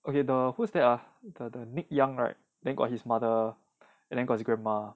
okay the who's that ah the the nick young right then got his mother and then got his grandma